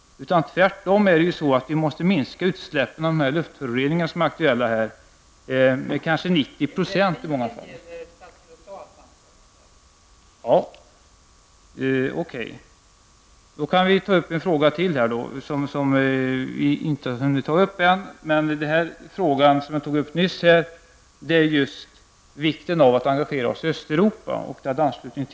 Tvärtom måste vi i många fall minska utsläppen av de luftföroreningar som här är aktuella med kanske 90 %.